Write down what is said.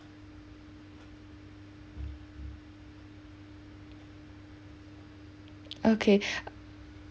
okay